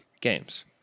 games